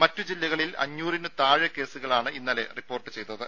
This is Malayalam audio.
മറ്റു ജില്ലകളിൽ അഞ്ഞൂറിനു താഴെ കേസുകളാണ് ഇന്നലെ റിപ്പോർട്ട് ചെയ്തത്